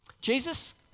Jesus